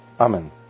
Amen